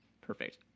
perfect